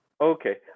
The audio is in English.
Okay